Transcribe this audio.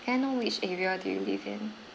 can I know which area do you live in